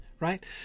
Right